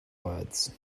words